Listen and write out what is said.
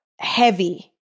heavy